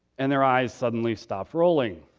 and their eyes suddenly stopped rolling.